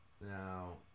Now